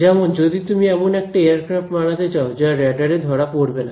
যেমন যদি তুমি এমন একটা এয়ারক্রাফট বানাতে চাও যা রেডার এ ধরা পড়বে না